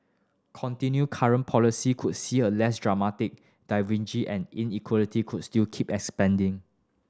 continue current policy could see a less dramatic and inequality could still keep expanding